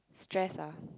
stress ah